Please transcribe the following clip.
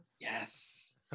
yes